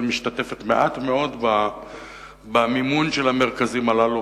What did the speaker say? משתתפת במעט מאוד במימון של המרכזים הללו,